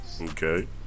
okay